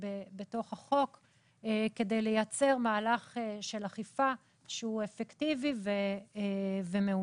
בתוך החוק כדי לייצר מהלך של אכיפה שהוא אפקטיבי ומאוזן.